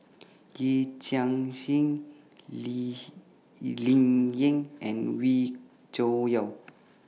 Yee Chia Hsing Lee Ling Yen and Wee Cho Yaw